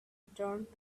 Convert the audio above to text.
returned